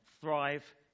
thrive